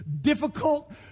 difficult